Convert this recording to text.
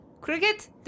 Cricket